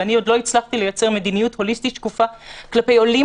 ואני עוד לא הצלחתי לייצר מדיניות הוליסטית שקופה כלפי עולים